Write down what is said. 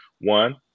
One